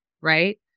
right